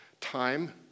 time